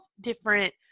different